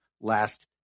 last